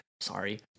Sorry